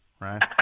right